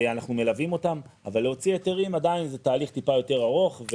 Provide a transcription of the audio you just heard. אנחנו מלווים אותם אבל להוציא היתרים עדיין זה תהליך טיפה יותר ארוך,